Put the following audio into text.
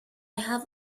have